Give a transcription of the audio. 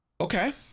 Okay